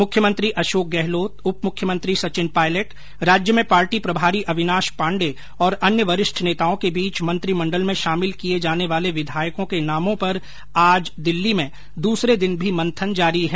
मुख्यमंत्री अशोक गहलोत उप मुख्यमंत्री सचिन पायलट राज्य में पार्टी प्रभारी अविनाश पांडे और अन्य वरिष्ठ नेताओं के बीच मंत्रिमंडल में शामिल किए जाने वाले विधायकों के नामों पर आज दिल्ली में दूसरे दिन भी मंथन जारी है